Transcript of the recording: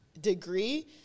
degree